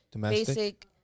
basic